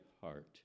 heart